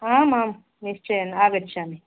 आम् आम् निश्चयेन आगच्छामि